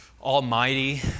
almighty